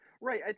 Right